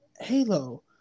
Halo